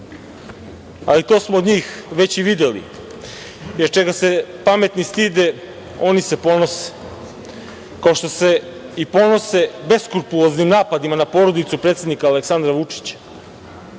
ali to smo od njih već i videli, jer čega se pametni stide oni se ponose. Kao što se i ponose beskrupuloznim napadima na porodicu predsednika Aleksandra Vučića,